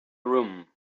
room